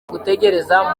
gutegereza